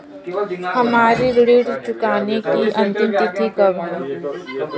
हमारी ऋण चुकाने की अंतिम तिथि कब है?